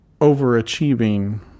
overachieving